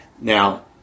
Now